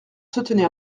soutenir